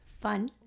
Fun